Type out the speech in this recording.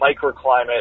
microclimate